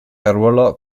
arruolò